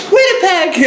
Winnipeg